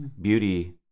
Beauty